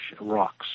rocks